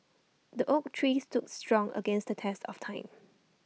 the oak tree stood strong against the test of time